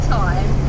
time